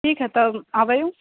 ठीक है तब आबै हँ